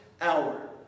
hour